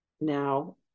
now